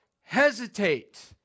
hesitate